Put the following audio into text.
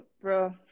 bro